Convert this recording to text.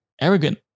arrogant